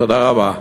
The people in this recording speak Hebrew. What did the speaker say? תודה רבה.